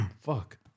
Fuck